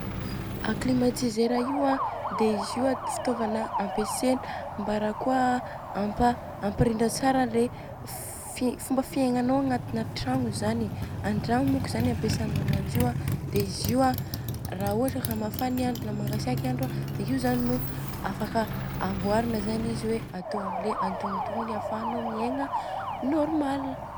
A climatiseur io an dia fitôvana ampiasaina mbarakôa an ampalibe ampirindra tsara le fomba fiegnanô agnatina tragno zany. Andragno moko zany ampiasaina ananjy io a dia izy io a raha ohatra ka mafana i andro na mangatsiaka i andro an dia io zany no afaka amborina zany izy hoe atô amle antognontognony afahana miegna normal.